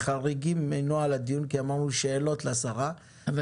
חריגים מנוהל הדיון כי אמרנו שאלות לשרה אבל